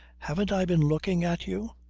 haven't i been looking at you?